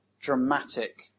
dramatic